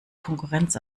konkurrenz